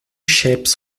ships